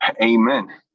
amen